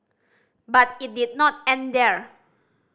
but it did not end there